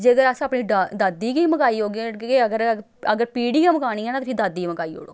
ते जेकर अस अपनी दा दादी गी मगाई ओड़गे अगर अगर पीढ़ी गै मकानी ऐ तां फ्ही दादी गी मगाई ओड़ो